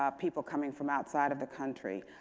ah people coming from outside of the country.